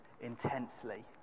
intensely